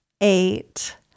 eight